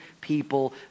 people